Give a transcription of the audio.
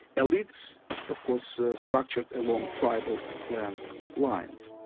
elites of course structured along tribal clan lines.